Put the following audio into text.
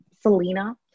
Selena